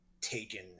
taken